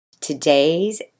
Today's